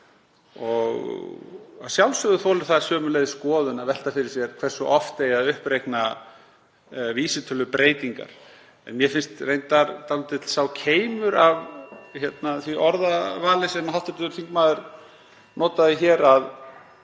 Að sjálfsögðu þolir það sömuleiðis skoðun að velta fyrir sér hversu oft eigi að uppreikna vísitölubreytingar, en mér finnst reyndar dálítið sá keimur af því orðavali sem hv. þingmaður notaði hér að